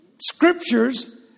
scriptures